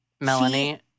Melanie